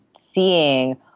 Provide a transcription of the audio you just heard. seeing